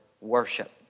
worship